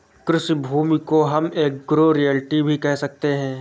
कृषि भूमि को हम एग्रो रियल्टी भी कह सकते है